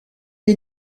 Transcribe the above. est